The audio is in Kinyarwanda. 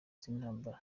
z’intambara